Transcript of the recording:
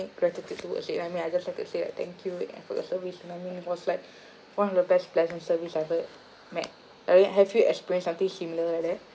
gratitude towards it like I mean I just had to say like thank you for your service you know what I mean it was like one of the best pleasant service I've ever met and have you experienced something similar like that